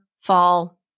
fall